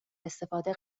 استفاده